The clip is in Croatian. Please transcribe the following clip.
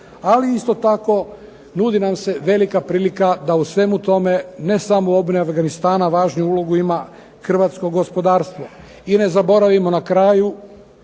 ali isto tako nudi nam se velika prilika da u svemu tome ne samo u obnovi Afganistana važniju ulogu ima hrvatsko gospodarstvo. I ne zaboravimo na kraju,